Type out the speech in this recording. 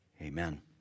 Amen